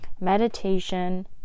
meditation